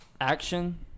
action